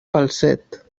falset